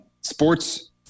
sports